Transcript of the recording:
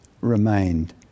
remained